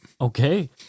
Okay